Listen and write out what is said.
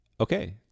Okay